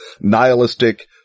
nihilistic